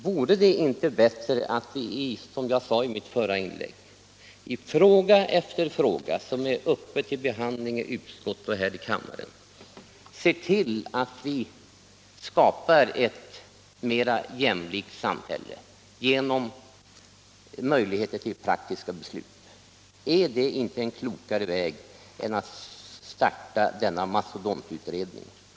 Vore det inte bättre att vi, som jag sade i mitt förra inlägg, i fråga efter fråga, som är uppe till behandling i utskott och här i kammaren, ser till att vi skapar ett mera jämlikt samhälle genom möjligheter till praktiska beslut? Är det inte en klokare väg än att starta denna mastodontutredning?